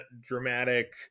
dramatic